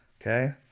Okay